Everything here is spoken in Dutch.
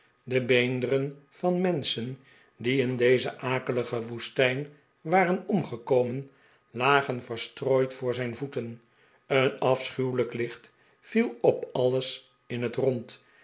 de beenderen van menschen die in deze akelige woestenij waren omgekomen lagen verstrooid voor zijn voeten een afschuw'elijk licht viel op alles in hefrrond en